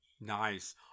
Nice